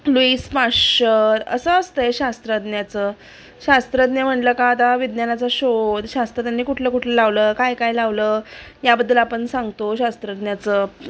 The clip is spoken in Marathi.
लुईस पाश्शर असं असतं शास्त्रज्ञाचं शास्त्रज्ञ म्हटलं का आता विज्ञानाचा शोध शास्त्रज्ञांनी कुठलं कुठलं लावलं काय काय लावलं याबद्दल आपण सांगतो शास्त्रज्ञाचं